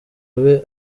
abe